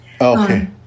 Okay